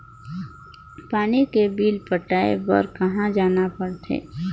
पानी के बिल पटाय बार कहा जाना पड़थे?